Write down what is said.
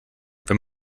wenn